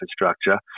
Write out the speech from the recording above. infrastructure